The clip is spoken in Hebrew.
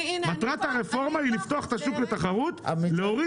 מטרת הרפורמה היא לפתוח את השוק לתחרות כדי להוריד